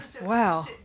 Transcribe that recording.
Wow